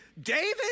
David